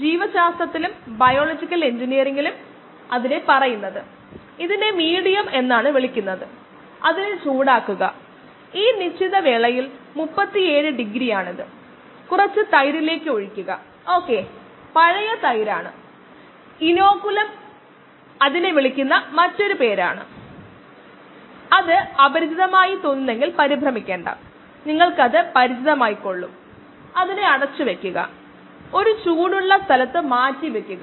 ഏകാഗ്രതകായി ഞാൻ ഈ square bracket ഉപേക്ഷിച്ചു മറ്റൊരു വിധത്തിൽ പറഞ്ഞാൽ ബ്രാക്കറ്റുകളില്ലാത്തവ ഇവിടെയുള്ള സാന്ദ്രതയ്ക്ക് തുല്യമാണ് ഓരോ തവണയും ഈ സ്ക്വയർ ബ്രാക്കറ്റ് എഴുതാൻ ബുദ്ധിമുട്ടുള്ള കാര്യമാണ് അതിനാൽ ഞാൻ അത് ഉപേക്ഷിച്ചു